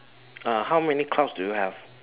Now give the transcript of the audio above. uh how many clouds do you have